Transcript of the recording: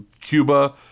Cuba